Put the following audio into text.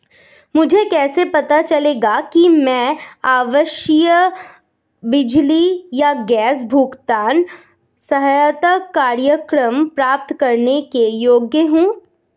मुझे कैसे पता चलेगा कि मैं आवासीय बिजली या गैस भुगतान सहायता कार्यक्रम प्राप्त करने के योग्य हूँ?